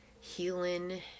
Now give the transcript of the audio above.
healing